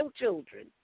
children